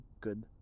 good